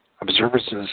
observances